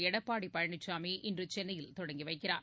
எடப்பாடி பழனிசாமி இன்று சென்னையில் தொடங்கி வைக்கிறார்